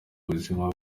ubuzima